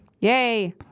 Yay